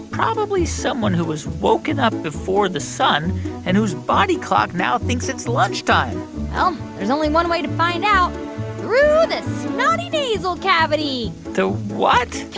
probably someone who was woken up before the sun and whose body clock now thinks it's lunchtime well, there's only one way to find out through the snotty nasal cavity the what?